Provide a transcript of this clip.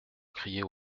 criait